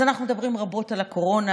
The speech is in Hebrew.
אז אנחנו מדברים רבות על הקורונה,